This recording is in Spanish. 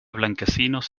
blanquecinos